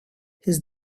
his